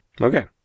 Okay